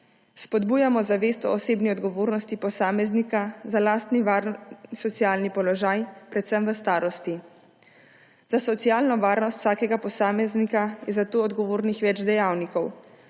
Spodbujamo zavest o osebni odgovornosti posameznika za lastni socialni položaj predvsem v starosti. Za socialno varnost vsakega posameznika je zato odgovornih več dejavnikov.